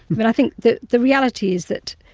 but i think that the reality is that